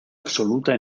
absoluta